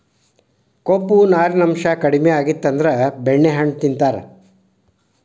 ಕೊಬ್ಬು, ನಾರಿನಾಂಶಾ ಕಡಿಮಿ ಆಗಿತ್ತಂದ್ರ ಬೆಣ್ಣೆಹಣ್ಣು ತಿಂತಾರ